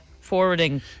forwarding